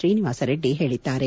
ಶ್ರೀನಿವಾಸ ರೆಡ್ಡಿ ಹೇಳಿದ್ದಾರೆ